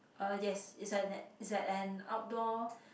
uh yes it's at that it's at an outdoor